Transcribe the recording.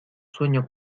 sueño